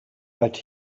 but